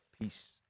Peace